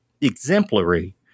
exemplary